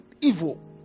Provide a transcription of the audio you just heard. evil